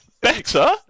Better